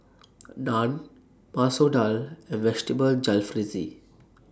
Naan Masoor Dal and Vegetable Jalfrezi